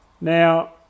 Now